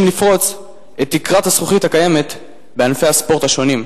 לפרוץ את תקרת הזכוכית הקיימת בענפי הספורט השונים.